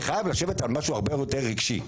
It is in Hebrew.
זה חייב לשבת על משהו הרבה יותר רגשי.